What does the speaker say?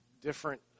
different